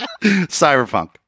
Cyberpunk